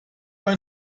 ein